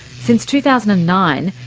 since two thousand and nine,